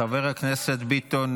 חבר הכנסת ביטון